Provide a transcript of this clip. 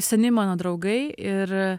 seni mano draugai ir